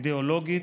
אידיאולוגית.